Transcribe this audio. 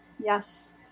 Yes